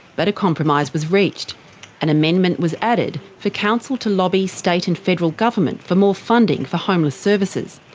but a compromise was reached an amendment was added for council to lobby state and federal government for more funding for homeless services.